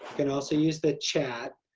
can also use the chat